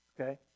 Okay